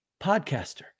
podcaster